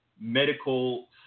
medical